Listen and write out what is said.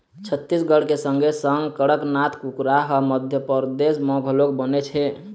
छत्तीसगढ़ के संगे संग कड़कनाथ कुकरा ह मध्यपरदेस म घलोक बनेच हे